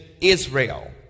Israel